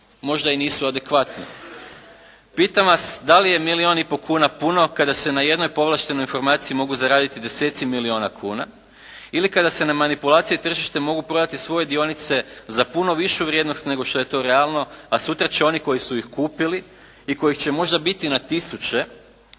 možda i nisu adekvatne. Pitam vas, da li je milijun i pol kuna puno kada se na jednoj povlaštenoj informaciji mogu zaraditi deseci milijuna kuna ili kada se na manipulaciji tržišta mogu prodati svoje dionice za puno višu vrijednost nego što je to realno, a sutra će oni koji su ih kupili i kojih će možda biti na tisuće